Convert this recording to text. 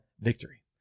victory